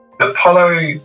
Apollo